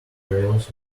trails